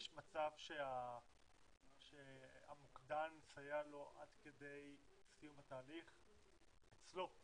יש מצב שהמוקדן יסייע לו עד כדי סיום התהליך אצלו,